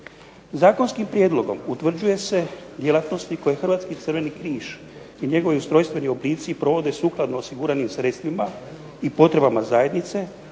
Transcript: Zakonskim prijedlogom utvrđuje se djelatnosti koje Hrvatski Crveni križ i njegovi ustrojstveni oblici provode sukladno osiguranim sredstvima i potrebama zajednice,